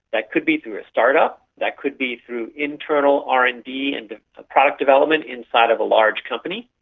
that could be through a start-up, that could be through internal r and d and product development inside of a large company,